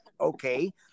okay